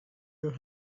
your